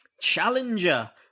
Challenger